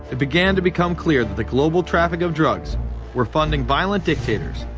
it began to become clear that the global traffic of drugs were funding violent dictators,